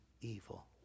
evil